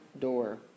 door